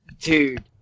Dude